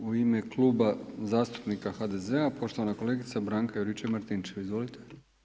I ime Kluba zastupnika HDZ-a, poštovana kolega Branka Juričev Martinčev, izvolite.